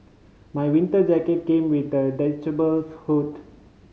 my winter jacket came with a hood